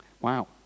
Wow